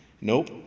Nope